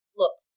look –